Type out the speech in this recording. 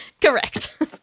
Correct